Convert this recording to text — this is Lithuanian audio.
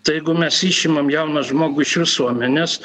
tai jeigu mes išimam jauną žmogų iš visuomenės